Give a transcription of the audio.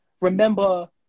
remember